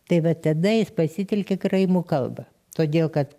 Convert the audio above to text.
tai va tada jis pasitelkė karaimų kalbą todėl kad